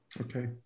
Okay